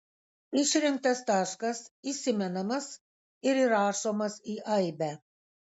išrinktas taškas įsimenamas ir įrašomas į aibę